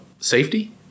safety